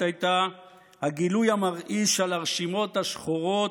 הייתה הגילוי המרעיש על הרשימות השחורות,